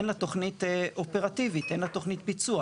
אין לה תוכנית אופרטיבית, אין תוכנית ביצוע.